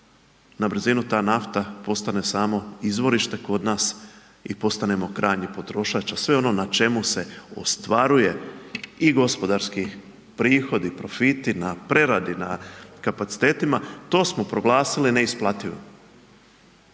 na brzinu ta nafta postane samo izvorište kod nas i postanemo krajnji potrošač, a sve ono na čemu se ostvaruje i gospodarski prihodi, profiti, na preradi, na kapacitetima to smo proglasili neisplativima.